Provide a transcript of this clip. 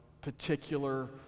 particular